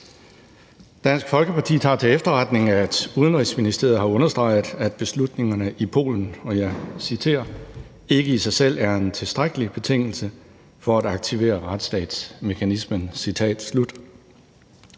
Dansk Folkeparti tager til efterretning, at Udenrigsministeriet har understreget, at beslutningerne i Polen »ikke i sig selv er en tilstrækkelig betingelse for at aktivere retsstatsmekanismen«.